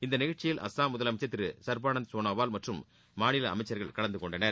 இந்த நிகழ்ச்சியில் அஸ்ஸாம் முதலமைச்சர் திரு சர்பானந் சோனாவால் மற்றம் மாநில அமைச்சர்கள் கலந்துகொண்டனர்